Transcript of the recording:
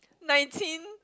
nineteen